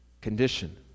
condition